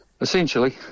Essentially